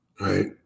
Right